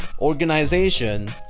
organization